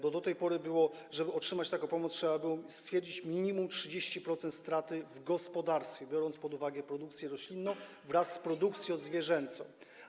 Bo do tej pory było tak, że aby otrzymać taką pomoc, trzeba było stwierdzić minimum 30% straty w gospodarstwie, biorąc pod uwagę produkcję roślinną wraz z produkcją zwierzęcą.